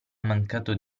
mancato